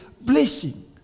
blessing